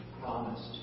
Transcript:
promised